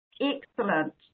Excellent